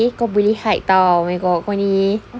okay kau boleh hide [tau] oh my god kau ni